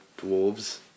dwarves